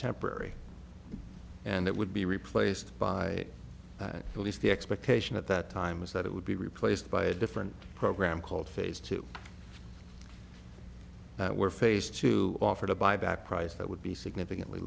temporary and that would be replaced by that at least the expectation at that time was that it would be replaced by a different program called phase two that were phase two offered a buyback price that would be significantly